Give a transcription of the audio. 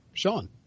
Sean